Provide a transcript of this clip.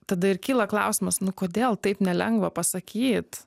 tada ir kyla klausimas kodėl taip nelengva pasakyt